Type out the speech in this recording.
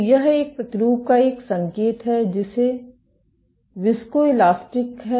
तो यह एक प्रतिरूप का एक संकेत है जो विस्कोइलास्टिक है